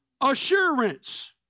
assurance